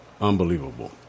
Unbelievable